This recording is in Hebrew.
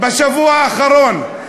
בשבוע האחרון: